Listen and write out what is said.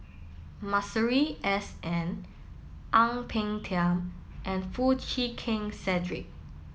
Masuri S N Ang Peng Tiam and Foo Chee Keng Cedric